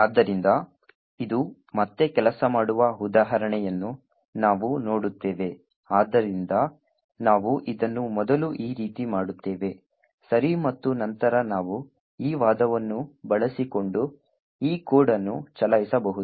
ಆದ್ದರಿಂದ ಇದು ಮತ್ತೆ ಕೆಲಸ ಮಾಡುವ ಉದಾಹರಣೆಯನ್ನು ನಾವು ನೋಡುತ್ತೇವೆ ಆದ್ದರಿಂದ ನಾವು ಇದನ್ನು ಮೊದಲು ಈ ರೀತಿ ಮಾಡುತ್ತೇವೆ ಸರಿ ಮತ್ತು ನಂತರ ನಾವು ಈ ವಾದವನ್ನು ಬಳಸಿಕೊಂಡು ಈ ಕೋಡ್ ಅನ್ನು ಚಲಾಯಿಸಬಹುದು